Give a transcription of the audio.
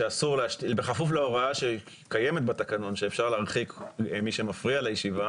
בכפוף להוראה שקיימת בתקנון לפיה אפשר להרחיק מי שמפריע לישיבה.